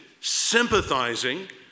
sympathizing